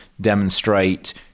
demonstrate